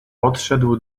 podszedł